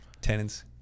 Tenants